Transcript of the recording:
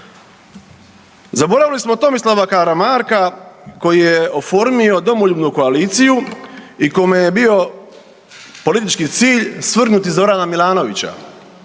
Zaboravili smo Tomislava Karamarka koji je oformio domoljubnu koaliciju i kome je bio politički cilj svrgnuti Zorana Milanovića